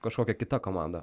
kažkokia kita komanda